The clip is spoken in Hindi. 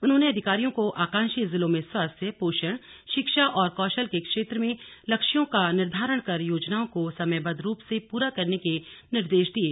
उन्होंने अधिकारियों को आकांक्षी जिलों में स्वास्थ्य पोषण शिक्षा और कौशल के क्षेत्र में लक्ष्यों का निर्धारण कर योजनाओं को समयबद्ध रूप से पूरा करने के निर्देश दिये